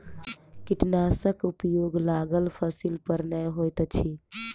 कीटनाशकक उपयोग लागल फसील पर नै होइत अछि